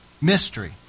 Mystery